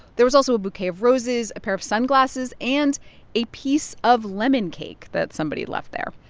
there was also a bouquet of roses, a pair of sunglasses and a piece of lemon cake that somebody left there.